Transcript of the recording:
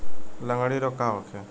लगंड़ी रोग का होखे?